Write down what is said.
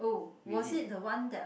really